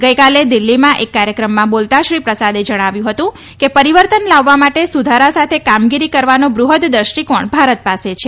ગઇકાલે દિલ્ફીમાં એક કાર્યક્રમમાં બોલતા શ્રી પ્રસાદે જણાવ્યું હતું કે પરિવર્તન લાવવા માટે સુધારા સાથે કામગીરી કરવાનો બૃહ્દ દૃષ્ટિકોણ ભારત પાસે છે